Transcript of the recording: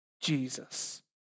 Jesus